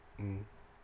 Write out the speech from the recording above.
mm